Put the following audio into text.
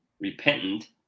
repentant